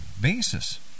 basis